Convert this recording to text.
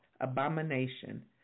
abomination